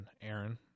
Aaron